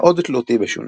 מאוד תלותי בשוני.